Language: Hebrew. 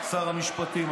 שר המשפטים.